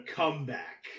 comeback